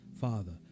father